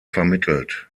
vermittelt